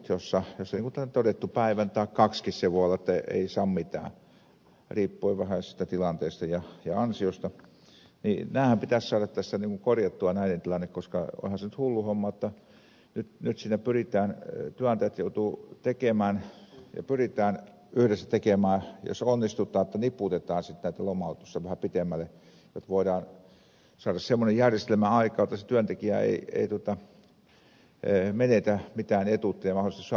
jos on niin kuin todettu päivän tai kaksikin voi olla että ei saa mitään riippuen vähän siitä tilanteesta ja ansiosta niin näiden tilannehan pitäisi saada tässä korjattua koska onhan se nyt hullun homma jotta työnantajat joutuvat tekemään ja pyritään yhdessä tekemään jos onnistutaan että niputetaan sitten näitä lomautuksia vähän pitemmälle jotta voidaan saada semmoinen järjestelmä aikaan jotta se työntekijä ei menetä mitään etuutta ja mahdollisesti saa työttömyysturvaa